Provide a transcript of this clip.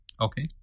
Okay